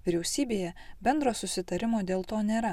vyriausybėje bendro susitarimo dėl to nėra